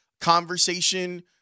conversation